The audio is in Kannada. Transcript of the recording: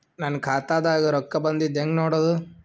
ನನ್ನ ಖಾತಾದಾಗ ರೊಕ್ಕ ಬಂದಿದ್ದ ಹೆಂಗ್ ನೋಡದು?